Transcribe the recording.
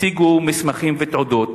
הציגו מסמכים ותעודות.